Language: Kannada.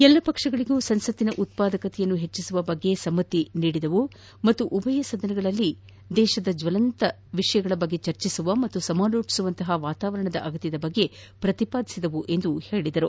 ಎಲ್ಲ ಪಕ್ಷಗಳೂ ಸಂಸತ್ತಿನ ಉತ್ಪಾದಕತೆಯನ್ನು ಹೆಚ್ಚಿಸುವ ಬಗ್ಗೆ ಸಮ್ಮತಿ ಸೂಚಿಸಿದವು ಮತ್ತು ಉಭಯ ಸದನಗಳಲ್ಲಿ ದೇಶದ ಜ್ಲಲಂತ ವಿಷಯಗಳ ಬಗ್ಗೆ ಚರ್ಚಿಸುವ ಮತ್ತು ಸಮಾಲೋಚಿಸುವಂಥ ವಾತಾವರಣದ ಅಗತ್ಯದ ಬಗ್ಗೆ ಪ್ರತಿಪಾದಿಸಿದವು ಎಂದರು